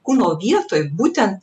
kūno vietoj būtent